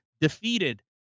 defeated